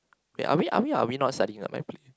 eh are we are we are we not studying at my pl~